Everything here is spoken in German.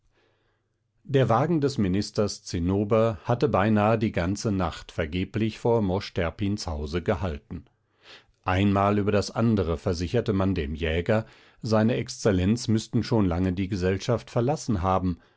der wagen des ministers zinnober hatte beinahe die ganze nacht vergeblich vor mosch terpins hause gehalten ein mal über das andere versicherte man dem jäger se exzellenz müßten schon lange die gesellschaft verlassen haben